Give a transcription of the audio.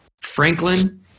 Franklin